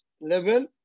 level